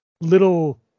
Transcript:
little